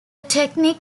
technique